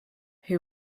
who